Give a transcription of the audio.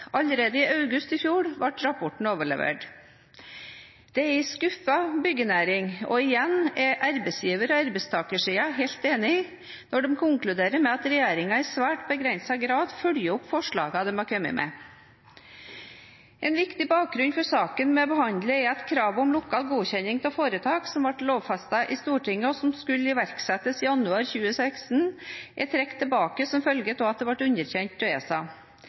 Allerede i august i fjor ble rapporten overlevert. Det er en skuffet byggenæring, og igjen er arbeidsgiver- og arbeidstakersiden helt enige når de konkluderer med at regjeringen i svært begrenset grad følger opp forslagene de har kommet med. En viktig bakgrunn for saken vi behandler, er at kravet om lokal godkjenning av foretak, som ble lovfestet av Stortinget, og som skulle iverksettes i januar 2016, er trukket tilbake som følge av at det ble underkjent av ESA.